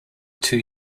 two